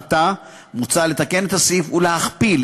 עתה מוצע לתקן את הסעיף ולהכפיל,